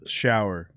shower